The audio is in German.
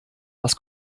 was